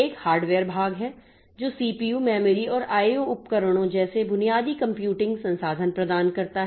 एक हार्डवेयर भाग है जो सीपीयू मेमोरी और आईओ उपकरणों जैसे बुनियादी कंप्यूटिंग संसाधन प्रदान करता है